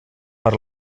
per